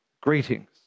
Greetings